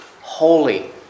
holy